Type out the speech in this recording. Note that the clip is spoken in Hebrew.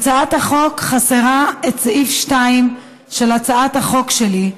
הצעת החוק חסרה את סעיף 2 של הצעת החוק שלי,